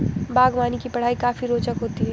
बागवानी की पढ़ाई काफी रोचक होती है